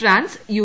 France U